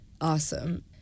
awesome